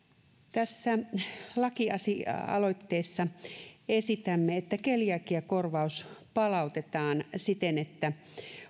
tässä lakialoitteessa esitämme että keliakiakorvaus palautetaan siten että